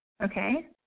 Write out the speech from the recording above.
okay